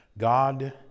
God